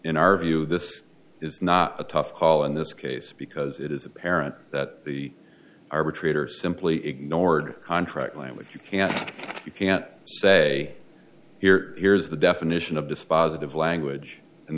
our view this is not a tough call in this case because it is apparent that the arbitrator simply ignored contract language you can't you can't say here here's the definition of dispositive language and